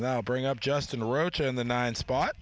i'll bring up justin roach in the nine spot